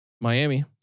Miami